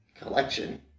collection